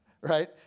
Right